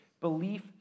belief